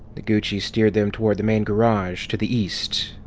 noguchi steered them toward the main garage, to the east.